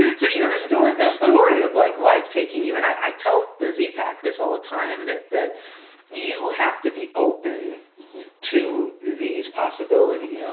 so you know the story the story of like life taking you and i tell the z-pack this all the time, that that you have to be open to these possibilities.